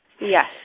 Yes